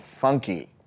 funky